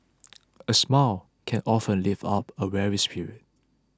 a smile can often lift up a weary spirit